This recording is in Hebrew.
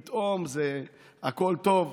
פתאום הכול טוב.